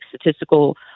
statistical